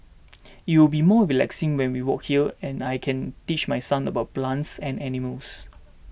it will be more relaxing when we walk here and I can teach my son about plants and animals